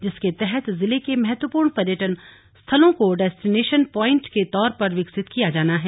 जिसके तहत जिले के महत्वपूर्ण पर्यटन स्थलों को डेस्टिनेशन प्वाइंट के तौर पर विकसित किया जाना है